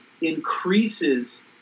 increases